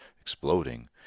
exploding